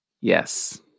yes